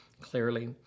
clearly